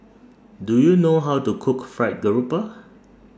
Do YOU know How to Cook Fried Garoupa